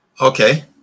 Okay